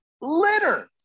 Litter